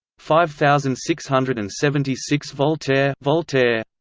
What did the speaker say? five thousand six hundred and seventy six voltaire voltaire